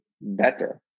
better